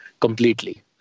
completely